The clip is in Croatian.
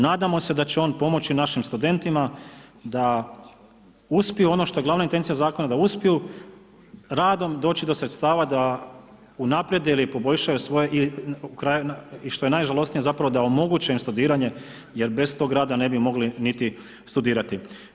Nadamo se da će on pomoći našim studentima da uspiju ono što je glavna intencija zakona da uspiju radom doći do sredstava da unaprijede ili poboljšaju svoje i što je najžalosnije zapravo da omoguće im studiranje jer bez tog rada ne bi mogli niti studirati.